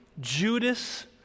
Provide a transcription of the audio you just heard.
Judas